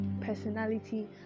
personality